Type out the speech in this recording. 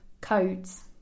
codes